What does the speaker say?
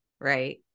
right